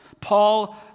Paul